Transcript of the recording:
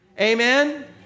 Amen